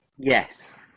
Yes